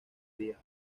día